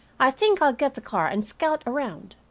i think i'll get the car and scout around.